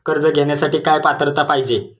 कर्ज घेण्यासाठी काय पात्रता पाहिजे?